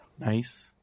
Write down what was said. Nice